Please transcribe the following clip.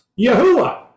Yahuwah